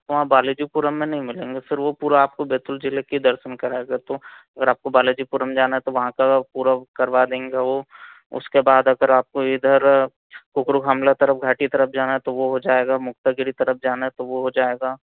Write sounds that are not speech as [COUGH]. वहाँ बालाजीपुरम में नहीं मिलेंगे फिर वह पूरा आपको बैतूल जिले के दर्शन कराएगा तो अगर आपको बालाजीपुरम जाना है तो वहाँ का पूरा करवा देंगे वह उसके बाद अगर आपको इधर [UNINTELLIGIBLE] धाम तरफ़ घाटी तरफ जाना है तो वह हो जाएगा